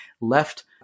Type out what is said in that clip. left